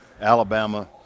Alabama –